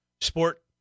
sport